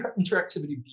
interactivity